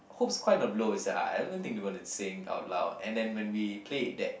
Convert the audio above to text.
hopes kind of low sia I I don't think they going to sing out loud and then when we played that